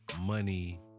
money